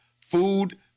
food